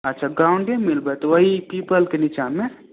अच्छा ग्राउंडेमे मिलबै तऽ वही पीपलके निचामे